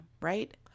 right